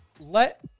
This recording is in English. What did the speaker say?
let